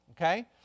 okay